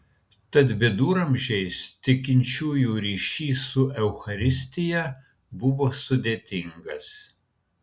tad viduramžiais tikinčiųjų ryšys su eucharistija buvo sudėtingas